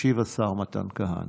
ישיב השר מתן כהנא.